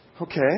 Okay